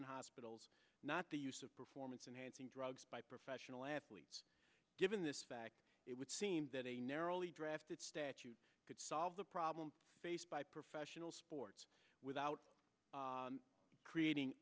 and hospitals not the use of performance enhancing drugs by professional athletes given this fact it would seem that a narrowly drafted statute could solve the problem faced by professional sports without creating